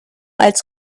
als